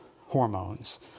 hormones